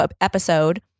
episode